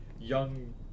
young